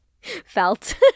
Felt